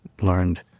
learned